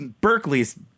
Berkeley's